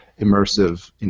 immersive